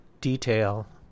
detail